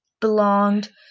belonged